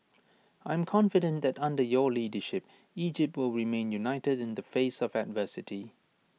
I am confident that under your leadership Egypt will remain united in the face of adversity